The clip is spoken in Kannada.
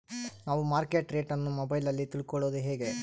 ನಾವು ಮಾರ್ಕೆಟ್ ರೇಟ್ ಅನ್ನು ಮೊಬೈಲಲ್ಲಿ ತಿಳ್ಕಳೋದು ಹೇಗೆ?